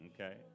okay